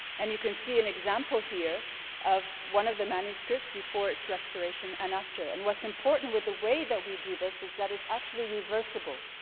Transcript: and you can see an example here of one of the manuscripts before it's restoration and after. and what's important with the way that we do this is that it's actually reversible.